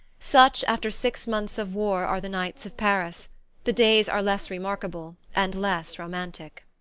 such, after six months of war, are the nights of paris the days are less remarkable and less romantic.